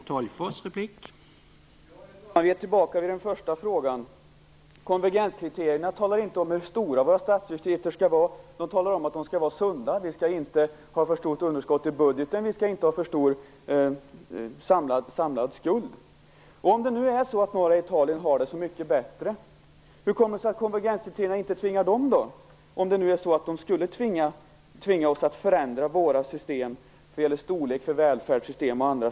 Herr talman! Vi är tillbaka vid den första frågan. Konvergenskriterierna anger inte hur stora statsutgifterna skall vara, utan de anger att statsfinanserna skall vara sunda. Det skall inte vara för stort underskott i budgeten och den samlade skulden skall inte vara för stor. Om man nu har det så mycket bättre i norra Italien, hur kommer det sig att konvergenskriterierna inte innebär ett tvång för invånarna där? Det sägs ju att konvergenskriterierna tvingar oss att förändra våra system när det gäller omfattningen av välfärdssystem och annat.